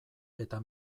eta